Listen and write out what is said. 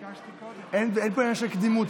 תמצאו אותי פה לדבר מדם ליבי,